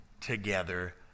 together